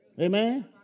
Amen